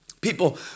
People